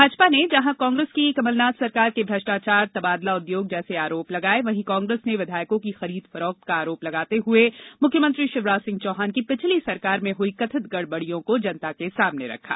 भाजपा ने जहां कांग्रेस की कमलनाथ सरकार के भ्रष्टाचार तबादला उद्योग जैसे आरोप लगाये वहीं कांग्रेस ने विधायकों की खरीद फरोख्त का आरोप लगाते हुए मुख्यमंत्री शिवराज सिंह चौहान की पिछली सरकार में हुई कथित गड़बड़ियों को जनता के सामने रखा